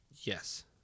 Yes